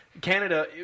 Canada